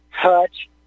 touch